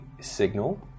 signal